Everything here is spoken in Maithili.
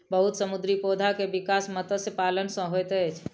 बहुत समुद्री पौधा के विकास मत्स्य पालन सॅ होइत अछि